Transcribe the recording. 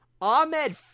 Ahmed